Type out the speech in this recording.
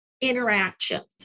interactions